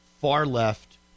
far-left